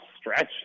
stretch